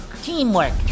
teamwork